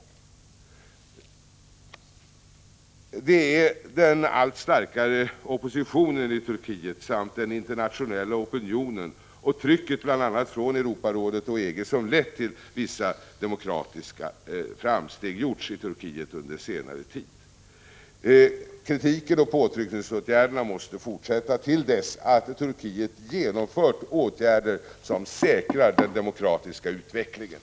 Det är den allt starkare oppositionen i Turkiet samt den internationella opinionen och trycket från bl.a. Europarådet och EG som lett till att vissa demokratiska framsteg har gjorts i Turkiet under senare tid. Kritiken och påtryckningarna måste fortsätta till dess att Turkiet genomfört åtgärder som säkrar den demokratiska utvecklingen.